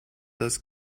das